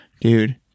Dude